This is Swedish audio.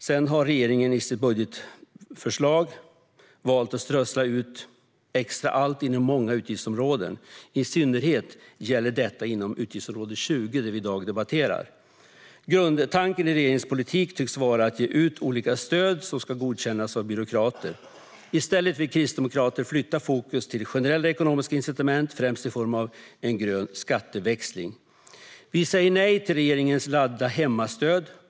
Sedan har regeringen i sitt budgetförslag strösslat ut extra allt inom många utgiftsområden. I synnerhet gäller detta inom utgiftsområde 20, som vi debatterar i dag. Grundtanken i regeringens politik tycks vara att ge ut olika stöd som ska godkännas av byråkrater. Kristdemokraterna vill i stället flytta fokus till generella ekonomiska incitament, främst i form av en grön skatteväxling. Vi säger nej till regeringens ladda-hemma-stöd.